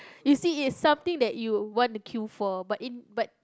you see it's something that you want to queue for but in but